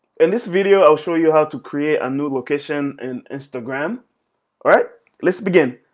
in this video i'll show you how to create a new location in instagram. all right let's begin!